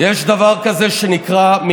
יש דבר כזה שנקרא,